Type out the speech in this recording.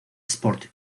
sport